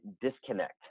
disconnect